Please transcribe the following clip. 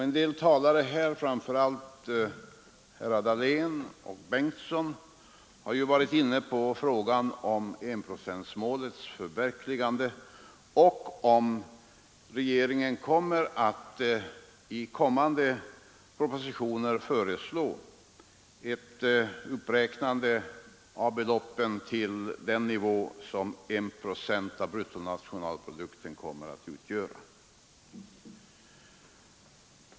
En del talare här, framför allt herrar Dahlén och Bengtson, har varit inne på frågan om enprocentmålets förverkligande och undrat om regeringen i kommande propositioner ämnar föreslå ett uppräknande av beloppen till den nivå som 1 procent av bruttonationalprodukten kommer att utgöra.